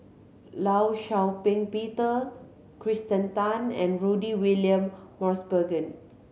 Law Shau Ping Peter Kirsten Tan and Rudy William Mosbergen